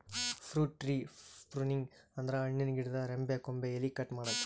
fruit tree pruning ಅಂದ್ರ ಹಣ್ಣಿನ್ ಗಿಡದ್ ರೆಂಬೆ ಕೊಂಬೆ ಎಲಿ ಕಟ್ ಮಾಡದ್ದ್